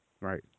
Right